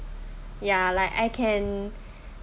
ya like I can